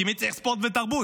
כי מי צריך ספורט ותרבות,